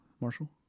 Marshall